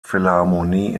philharmonie